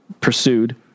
pursued